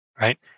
right